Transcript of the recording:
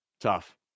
tough